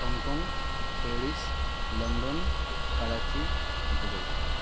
Hong Kong Paris London Karachi Dubai